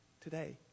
today